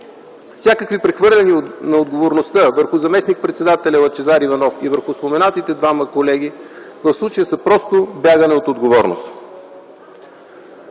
Всякакви прехвърляния на отговорността върху заместник-председателя Лъчезар Иванов и върху споменатите двама колеги в случая са просто бягане от отговорност.